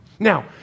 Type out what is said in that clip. Now